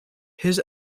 his